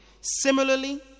similarly